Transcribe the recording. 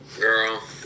girl